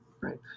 Right